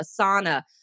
Asana